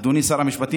אדוני שר המשפטים,